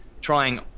trying